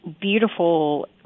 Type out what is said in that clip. beautiful